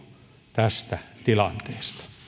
tästä tilanteesta